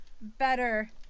better